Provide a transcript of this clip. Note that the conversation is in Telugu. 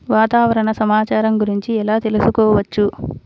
వాతావరణ సమాచారం గురించి ఎలా తెలుసుకోవచ్చు?